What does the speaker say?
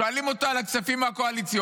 שואלים אותו על הכספים הקואליציוניים,